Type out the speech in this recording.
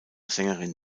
sängerin